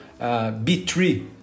B3